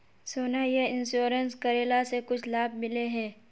सोना यह इंश्योरेंस करेला से कुछ लाभ मिले है?